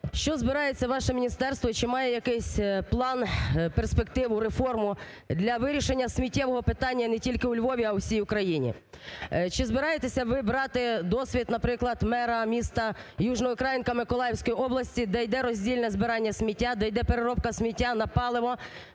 Що збирається ваше міністерство, чи має якийсь план перспективу, реформу для вирішення сміттєвого питання не тільки у Львові, а й у всій Україні? Чи збираєтеся ви брати досвід, наприклад, мера міста Южноукраїнка Миколаївської області, де йде роздільне збирання сміття, де йде переробка сміття на паливо,